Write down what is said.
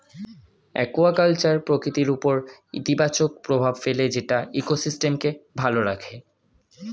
aquaculture প্রকৃতির উপর ইতিবাচক প্রভাব ফেলে যেটা ইকোসিস্টেমকে ভালো রাখে